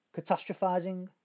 Catastrophizing